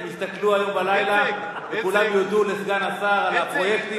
הם יסתכלו הלילה וכולם יודו לסגן השר על הפרויקטים